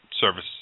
service